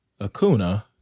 Akuna